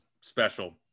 special